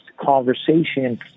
conversation